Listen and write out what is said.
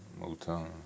Motown